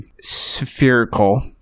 spherical